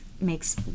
makes